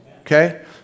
Okay